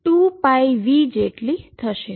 જે 2πν જેટલી થશે